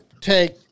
take